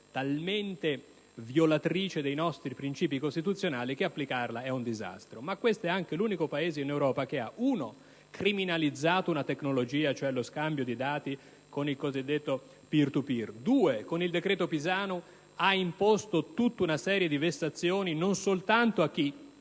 talmente violatrice dei nostri principi costituzionali che applicarla è un disastro. Ma questo è anche l'unico Paese in Europa che, in primo luogo, ha criminalizzato una tecnologia, ossia lo scambio dei dati con il cosiddetto *peer-to-peer*; in secondo luogo, con il decreto Pisanu, ha imposto tutta una serie di vessazioni non soltanto a chi